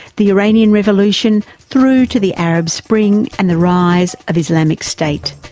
the iranian revolution, through to the arab spring and the rise of islamic state.